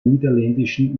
niederländischen